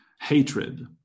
hatred